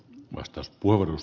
herra puhemies